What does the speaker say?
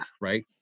right